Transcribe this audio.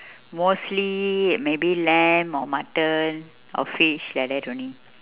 mostly maybe lamb or mutton or fish like that only